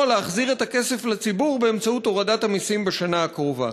להחזיר את הכסף לציבור באמצעות הורדת המסים בשנה הקרובה.